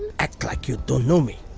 act like you don't know me.